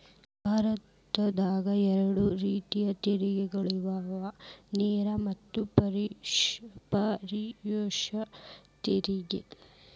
ಭಾರತದಾಗ ಎರಡ ರೇತಿ ತೆರಿಗೆಗಳದಾವ ನೇರ ಮತ್ತ ಪರೋಕ್ಷ ತೆರಿಗೆ